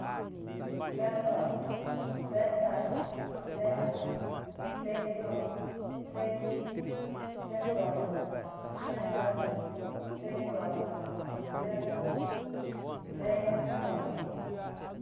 Fɛvaa fɛrart fɛnaa fɛkyɔ fɛcii fɛlɔva fɛtɔdat fekyɔra fɛkop fɛvaa